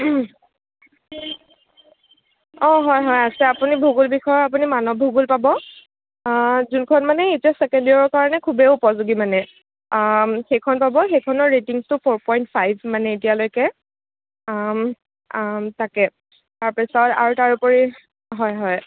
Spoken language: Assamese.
অঁ হয় হয় আছে আপুনি ভূগোল বিষয়ে আপুনি মানৱ ভূগোল পাব যোনখন মানে এইছ এছ ছেকেণ্ড ইয়েৰৰ কাৰণে খুবেই উপযোগী মানে সেইখন পাব সেইখনৰ ৰেটিংচটো ফ'ৰ পইণ্ট ফাইভ মানে এতিয়ালৈকে তাকে তাৰপিছত আৰু তাৰ উপৰি হয় হয়